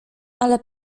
ale